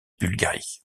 bulgarie